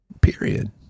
Period